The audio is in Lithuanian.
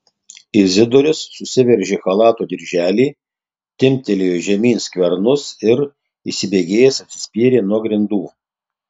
izidorius susiveržė chalato dirželį timptelėjo žemyn skvernus ir įsibėgėjęs atsispyrė nuo grindų